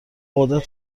قدرت